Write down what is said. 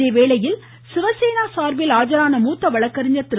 அதேவேளையில் சிவசேனா சார்பில் ஆஜரான மூத்த வழக்கறிஞர் திரு